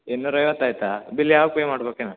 ಇನ್ನೂರ ಐವತ್ತು ಆಯ್ತಾ ಬಿಲ್ ಯಾವಾಗ ಪೇ ಮಾಡ್ಬೇಕು ಇನ್ನು